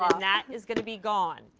um that is going to be gone.